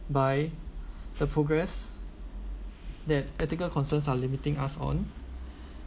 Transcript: by the progress that ethical concerns are limiting us on